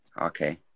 okay